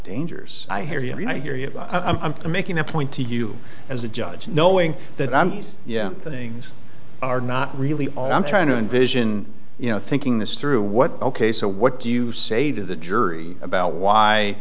dangers i hear you i mean i hear you i'm making a point to you as a judge knowing that i'm yeah things are not really all i'm trying to envision you know thinking this through what ok so what do you say to the jury about why